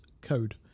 Code